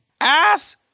Ass